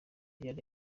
yari